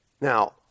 Now